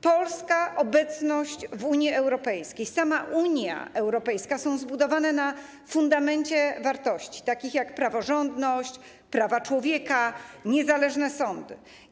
Polska obecność w Unii Europejskiej i sama Unia Europejska są zbudowane na fundamencie wartości takich jak praworządność, prawa człowieka, niezależne sądy.